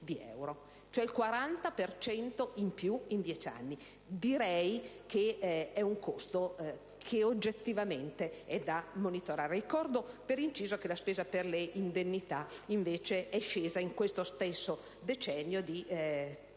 per cento in più in dieci anni. Direi che è un costo oggettivamente da monitorare. Ricordo, per inciso, che la spesa per le indennità, invece, è scesa, in questo stesso decennio, di